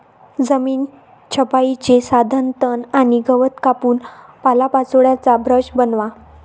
जमीन छपाईचे साधन तण आणि गवत कापून पालापाचोळ्याचा ब्रश बनवा